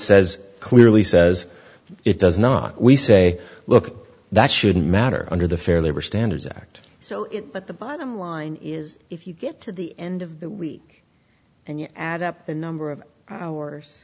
says clearly says it does not we say look that shouldn't matter under the fair labor standards act so it but the bottom line is if you get to the end of the week and you add up the number of hours